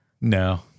No